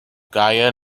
gaya